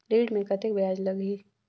ऋण मे कतेक ब्याज लगही?